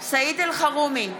סעיד אלחרומי,